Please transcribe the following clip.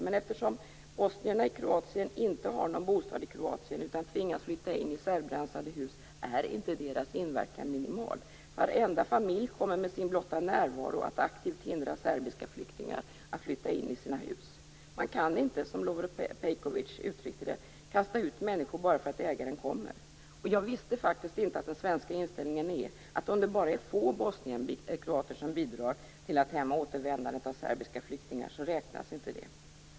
Men eftersom bosnierna i Kroatien inte har någon bostad där utan tvingas flytta in i serbrensade hus, är inte deras inverkan minimal. Varenda familj kommer med sin blotta närvaro att aktivt hindra serbiska flyktingar att flytta in i sina hus. Man kan inte, som Lovre Pejkovic uttryckte det, kasta ut människor bara för att ägaren kommer. Jag visste faktiskt inte att den svenska inställningen är att det inte räknas om det bara är få bosnienkroater som bidrar till att hämma serbiska flyktingars återvändande.